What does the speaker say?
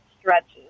stretches